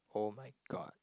oh-my-god